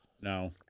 no